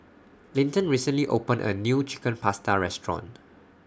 Linton recently opened A New Chicken Pasta Restaurant